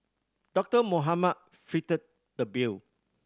Doctor Mohamed fitted the bill